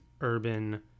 urban